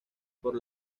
por